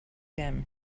them